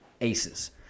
aces